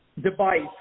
device